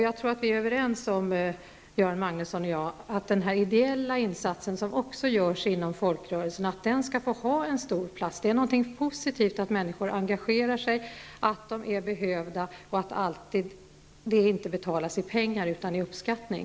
Jag tror att Göran Magnusson och jag är överens om att den ideella insats som också görs inom folkrörelserna skall få ha en stor plats. Det är någonting positivt att människor engagerar sig, att de är behövda och att deras arbete inte alltid betalas i pengar utan i stället i uppskattning.